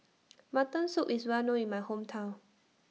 Mutton Soup IS Well known in My Hometown